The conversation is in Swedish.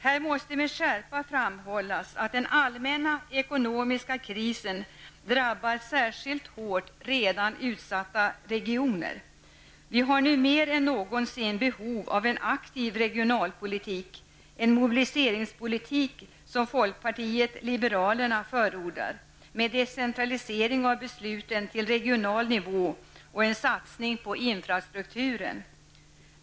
Det måste här med skärpa framhållas att den allmänna ekonomiska krisen särskilt hårt drabbar redan utsatta regioner. Vi har nummer än någonsin behov av en aktiv regionalpolitik -- en mobiliseringspolitik av det slag som folkpartiet liberalerna förordar med decentralisering av besluten till regional nivå och en satsning på infrastrukturen.